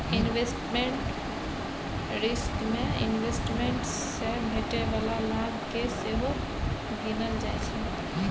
investment risk मे investment सँ भेटै बला लाभ केँ सेहो गिनल जाइ छै